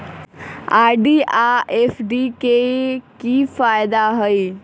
RD आ FD के कि फायदा हई?